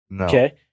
Okay